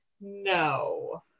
No